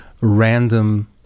random